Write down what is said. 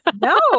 No